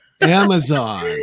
Amazon